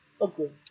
Okay